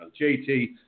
JT